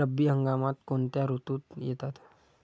रब्बी हंगाम कोणत्या ऋतूत येतात?